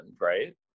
Right